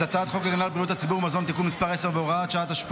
את הצעת חוק הגנה על בריאות הציבור (מזון) (תיקון מס' 10 והוראת שעה),